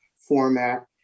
format